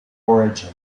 origin